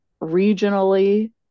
regionally